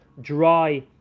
dry